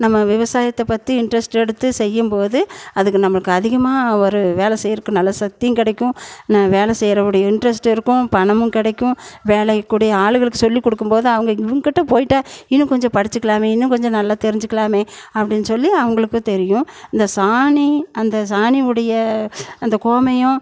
நம்ம விவசாயத்தை பற்றி இன்ட்ரெஸ்ட் எடுத்து செய்யும்போது அதுக்கு நம்மளுக்கு அதிகமாக வரும் வேலை செய்யிறதுக்கு நல்லா சக்தியும் கிடைக்கும் ந வேலை செய்யறவருடைய இன்ட்ரெஸ்ட்டு இருக்கும் பணமும் கிடைக்கும் வேலைக்குடைய ஆளுங்களுக்கு சொல்லி கொடுக்கும்போது அவங்க இவங்கிட்ட போயிட்டு இன்னும் கொஞ்சம் படித்துக்கிலாமே இன்னும் கொஞ்சம் நல்லா தெரிஞ்சுக்கிலாம் அப்டின்னு சொல்லி அவங்களுக்கும் தெரியும் இந்த சாணி அந்த சாணியுடைய அந்த கோமியம்